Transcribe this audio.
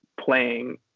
playing